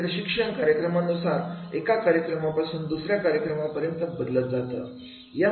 हे प्रशिक्षण कार्यक्रमानुसार एका कार्यक्रमापासून दुसऱ्या कार्यक्रमापर्यंत बदलत जात असते